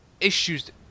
issues